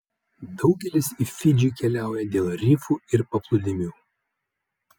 daugelis į fidžį keliauja dėl rifų ir paplūdimių